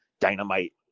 dynamite